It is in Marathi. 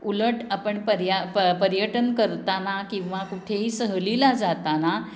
उलट आपण पर्या पर्यटन करताना किंवा कुठेही सहलीला जाताना